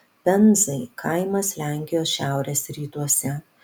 penzai kaimas lenkijos šiaurės rytuose